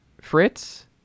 Fritz